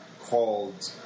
called